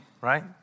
right